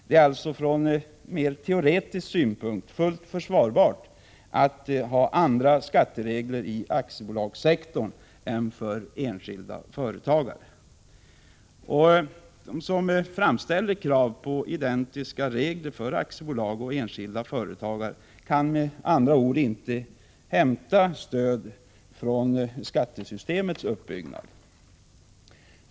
Det är alltså från teoretisk synpunkt fullt försvarbart att ha andra skatteregler i aktiebolagssektorn än för enskilda företagare. De som framställer krav på identiska regler för aktiebolag och enskilda företagare kan med andra ord inte hämta stöd från skattesystemets uppbyggnad.